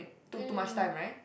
took too much time right